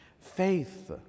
Faith